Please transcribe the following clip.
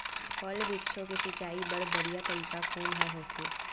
फल, वृक्षों के सिंचाई बर बढ़िया तरीका कोन ह होथे?